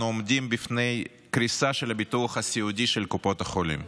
אנו עומדים לפני קריסה של הביטוח הסיעודי של קופות החולים.